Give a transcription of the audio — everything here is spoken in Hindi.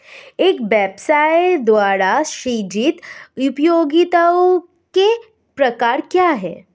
एक व्यवसाय द्वारा सृजित उपयोगिताओं के प्रकार क्या हैं?